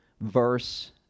verse